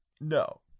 no